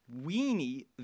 Weenie